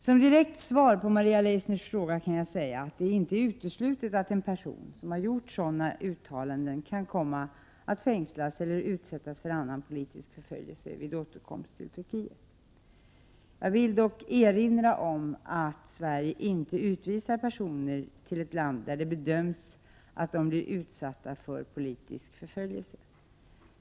Som direkt svar på Maria Leissners fråga kan jag säga att det inte är uteslutet att en person som gjort sådana uttalanden kan komma att fängslas eller utsättas för annan politisk förföljelse vid en återkomst till Turkiet. Jag vill dock erinra om att Sverige inte utvisar personer till ett land där de bedöms bli utsatta för politisk förföljelse.